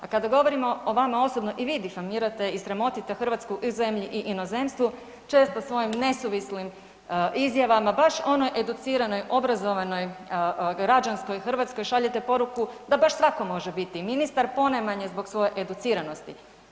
A kada govorimo o vama osobno i vi difamirate i sramotite Hrvatsku u zemlji i inozemstvu često svojim nesuvislim izjavama baš onoj educiranoj, obrazovanoj građanskoj Hrvatskoj šaljete poruku da baš svako može biti ministar, ponajmanje zbog svoje educiranosti.